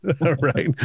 right